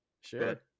sure